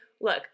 look